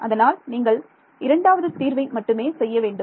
அதனால் நீங்கள் இரண்டாவது தீர்வை மட்டுமே செய்ய வேண்டும்